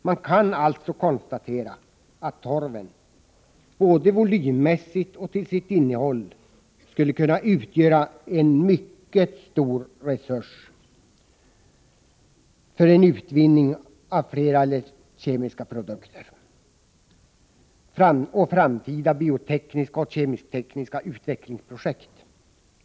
Man kan alltså konstatera att torven både volymmässigt och till sitt innehåll skulle kunna utgöra en mycket stor resurs för utvinning av flera kemiska produkter och framtida biotekniska och kemisk-tekniska utvecklingsprojekt.